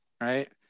right